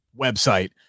website